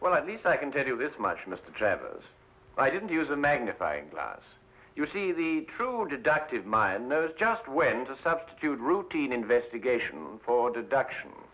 well at least i can tell you this much mr travers i didn't use a magnifying glass you see the true deducted my nose just went to substitute routine investigation for deduction